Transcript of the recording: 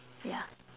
yeah